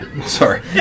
Sorry